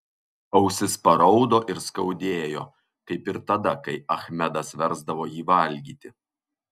ausis paraudo ir skaudėjo kaip ir tada kai achmedas versdavo jį valgyti